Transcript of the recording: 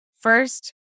First